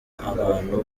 abantu